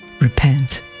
repent